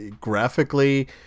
Graphically